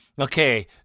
Okay